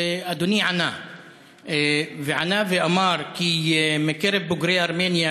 ואדוני ענה ואמר: מקרב בוגרי ארמניה